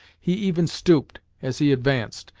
he even stooped, as he advanced,